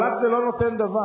אבל לך זה לא נותן דבר.